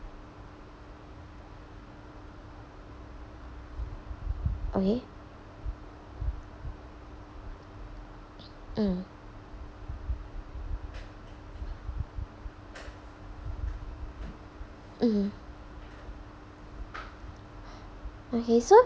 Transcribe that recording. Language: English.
okay mm mmhmm okay so